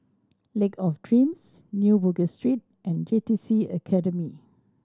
Lake of Dreams New Bugis Street and J T C Academy